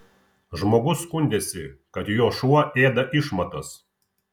žmogus skundėsi kad jo šuo ėda išmatas